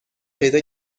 پیدا